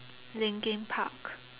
Linkin Park